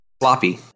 Floppy